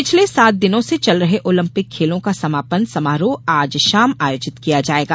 पिछले सात दिनों से चल रहे ओलिम्पिक खेलों का समापन समारोह आज शाम आयोजित किया जाएगा